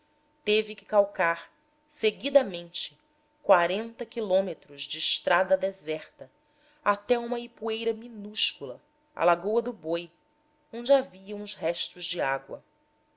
teve que calcar seguidamente quarenta quilômetros de estrada deserta até uma ipueira minúscula a lagoa do boi onde havia uns restos de água